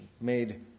made